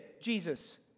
Jesus